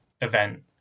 event